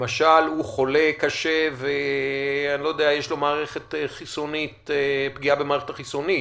למשל, הוא חולה קשה ויש לו פגיעה במערכת החיסונית.